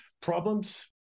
problems